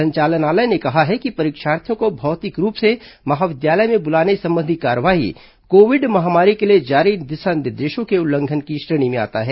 संचालनालय ने कहा है कि परीक्षार्थियों को भौतिक रूप से महाविद्यालय में बुलाने संबंधी कार्यवाही कोविड महामारी को लिए जारी दिशा निर्देशों के उल्लंघन की श्रेणी में आता है